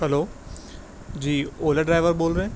hello جی Ola driver بول رہے ہیں